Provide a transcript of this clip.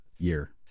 year